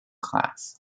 class